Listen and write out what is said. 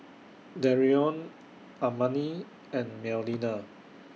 Darion Amani and Melina